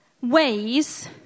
ways